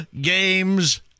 games